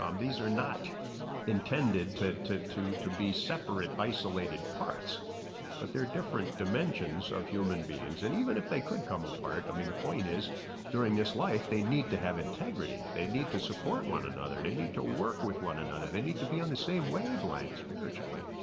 um these are not intended to to to be separate isolated parts but there are different dimensions of human beings. and even if they could come apart, i mean the point is during this life they need to have integrity, they need to support one another. they need to work with one another. they need to be on the same wavelength spiritually.